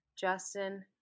justin